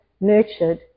nurtured